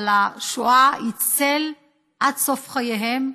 אבל השואה היא צל עד סוף חייהם,